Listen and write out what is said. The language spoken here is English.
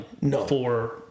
No